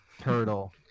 turtle